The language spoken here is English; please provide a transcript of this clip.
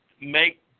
make